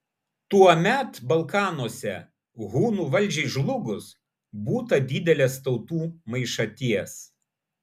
tuomet balkanuose hunų valdžiai žlugus būta didelės tautų maišaties